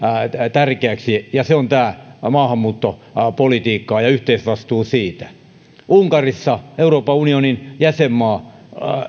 tärkeiksi ja se on tämä maahanmuuttopolitiikka ja ja yhteisvastuu siitä unkarissa euroopan unionin jäsenmaa